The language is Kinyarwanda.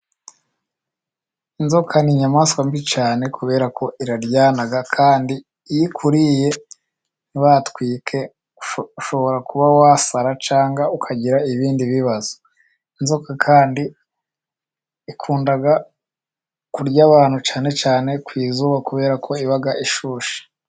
Inzoka ni inyamaswa mbi cyane kubera ko iraryana kandi iyo ikuriye ntibahatwike ushobora kuba wasara cangwa ukagira ibindi bibazo. Inzoka kandi ikunda kurya abantu cyane cyane ku izuba kubera ko iba ishushe.